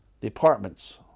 departments